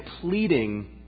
pleading